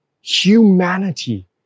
humanity